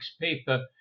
paper